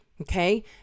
okay